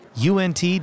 UNT